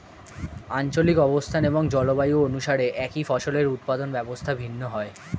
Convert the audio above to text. আঞ্চলিক অবস্থান এবং জলবায়ু অনুসারে একই ফসলের উৎপাদন ব্যবস্থা ভিন্ন হয়